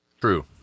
True